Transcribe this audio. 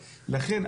מהכסף?